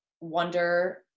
wonder